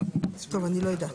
מי נגד?